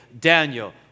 Daniel